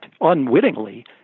unwittingly